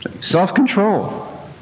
self-control